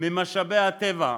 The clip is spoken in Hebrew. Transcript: ממשאבי הטבע.